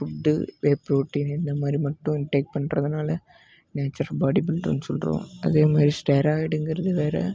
food whey protein இந்தமாதிரி மட்டும் take பண்றதுனால் நேச்சுரல் பாடி பில்டர்னு சொல்கிறோம் அதேமாதிரி ஸ்டராய்டுங்கிறது வேறே